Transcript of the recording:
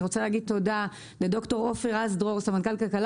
אני רוצה לומר תודה לדוקטור עופר רז דרור סמנכ"ל כלכלה